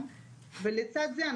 לצד זה,